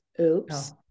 oops